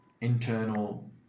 internal